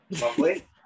Lovely